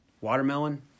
watermelon